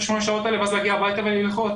שמונה השעות האלה ואז להגיע הביתה וללחוץ.